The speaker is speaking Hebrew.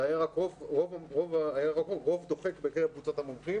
היה רוב דוחק בקרב קבוצות המומחים